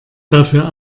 dafür